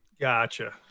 Gotcha